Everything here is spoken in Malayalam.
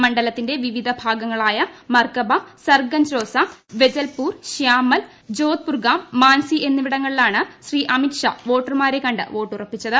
മണ്ഡലത്തിന്റെ വിവിധ ഭാഗങ്ങളായ മകർബ സർഗഞ്ച് രോസ വെജൽപൂർ ശ്യാമൽ ജോദ്പുർഗാം മാൻസി എന്നിവിടങ്ങളിലാണ് ശ്രീ അമിത് ഷാ വോട്ടർമാരെ കണ്ട് വോട്ടുറപ്പിച്ചത്